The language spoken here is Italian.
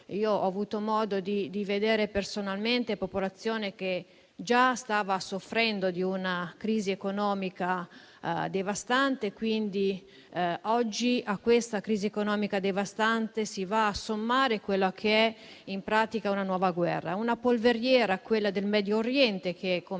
io ho avuto modo di vedere personalmente e che già stava soffrendo di una crisi economica devastante. Oggi a tale crisi economica devastante si va a sommare quella che è in pratica una nuova guerra. È una polveriera, quella del Medio Oriente, che - come